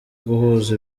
guhuza